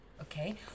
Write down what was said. okay